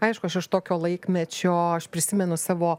aišku aš iš tokio laikmečio aš prisimenu savo